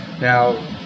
Now